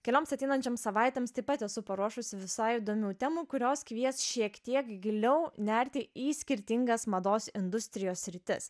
kelioms ateinančioms savaitėms taip pat esu paruošusi visai įdomių temų kurios kvies šiek tiek giliau nerti į skirtingas mados industrijos sritis